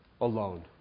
alone